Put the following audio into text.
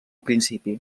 principi